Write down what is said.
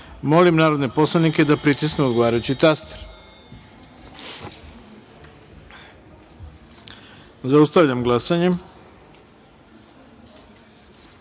narodne poslanike da pritisnu odgovarajući taster. Zaustavljam glasanje: